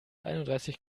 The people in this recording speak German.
einunddreißig